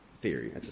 theory